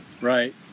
Right